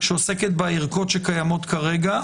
שעוסק בערכות שקיימות כרגע.